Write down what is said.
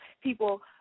people